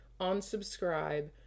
Unsubscribe